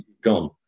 gone